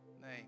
name